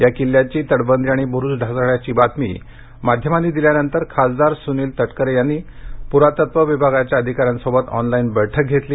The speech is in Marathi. या किल्ल्याची तटबंदी आणि ब्रूज ढासळल्याची बातमी माध्यमांनी दिल्यानंतर खासदार सूनील तटकरे यांनी प्रातत्व विभागाच्या अधिकाऱ्यांसोबत ऑनलाईन बैठक घेतली